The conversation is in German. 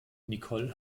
nicole